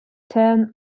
ten